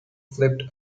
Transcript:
flipped